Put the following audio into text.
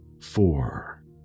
four